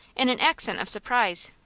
in an accent of surprise.